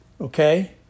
okay